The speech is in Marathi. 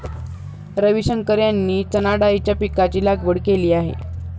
रविशंकर यांनी चणाडाळीच्या पीकाची लागवड केली आहे